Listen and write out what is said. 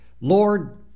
Lord